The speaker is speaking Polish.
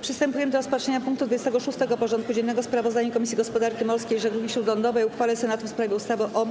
Przystępujemy do rozpatrzenia punktu 26. porządku dziennego: Sprawozdanie Komisji Gospodarki Morskiej i Żeglugi Śródlądowej o uchwale Senatu w sprawie ustawy o